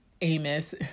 Amos